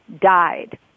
died